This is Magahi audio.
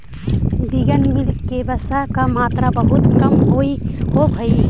विगन मिल्क में वसा के मात्रा बहुत कम होवऽ हइ